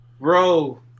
Bro